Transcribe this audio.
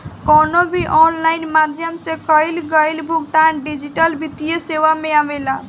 कवनो भी ऑनलाइन माध्यम से कईल गईल भुगतान डिजिटल वित्तीय सेवा में आवेला